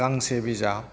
गांसे बिजाब